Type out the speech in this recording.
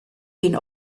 den